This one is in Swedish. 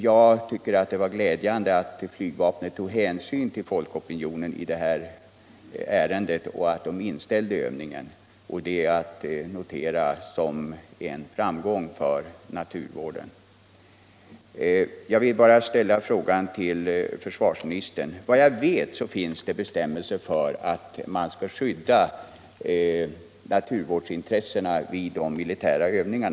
Jag tycker att det var glädjande att flygvapnet tog hänsyn till folkopinionen och inställde övningen. Det är att notera som en framgång för naturvården. Jag vet att det finns bestämmelser om att man skall skydda naturvårdsintressena vid militära övningar.